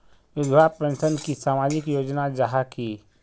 विधवा पेंशन की सामाजिक योजना जाहा की?